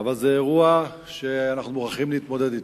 אבל זה אירוע שאנחנו מוכרחים להתמודד אתו.